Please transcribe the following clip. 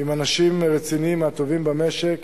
עם אנשים רציניים מהטובים במשק.